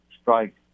strike